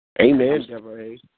Amen